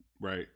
right